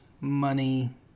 money